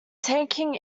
taking